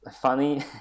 Funny